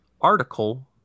article